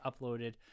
uploaded